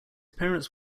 parents